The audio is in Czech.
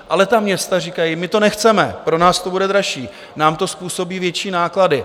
Ale ta města říkají: My to nechceme, pro nás to bude dražší, nám to způsobí větší náklady!